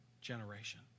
generation